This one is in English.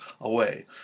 away